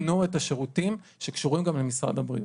תנו את השירותים שקשורים גם למשרד הבריאות.